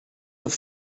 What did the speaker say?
have